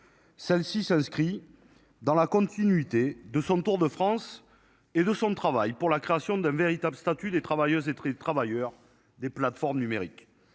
Celle-ci s'inscrit. Dans la continuité de son Tour de France et de son travail pour la création d'un véritable statut des travailleuses et très travailleurs des plateformes numériques.